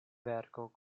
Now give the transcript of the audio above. verko